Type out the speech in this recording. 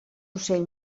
ocell